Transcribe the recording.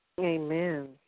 Amen